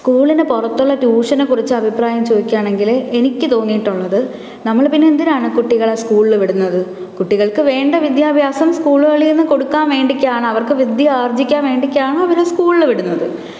സ്കൂളിനു പുറത്തുള്ള ട്യൂഷനെക്കുറിച്ച് അഭിപ്രായം ചോദിക്കുകയാണെങ്കിൽ എനിക്ക് തോന്നിയിട്ടുള്ളത് നമ്മൾ പിന്നെ എന്തിനാണ് കുട്ടികളെ സ്കൂളിൽ വിടുന്നത് കുട്ടികൾക്ക് വേണ്ട വിദ്യാഭ്യാസം സ്കൂളുകളിൽ നിന്ന് കൊടുക്കാൻ വേണ്ടിയിട്ടാണ് വിദ്യ ആർജിക്കാൻ വേണ്ടിയിട്ടാണ് അവരെ സ്കൂളിൽ വിടുന്നത്